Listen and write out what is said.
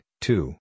two